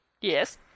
Yes